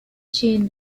chino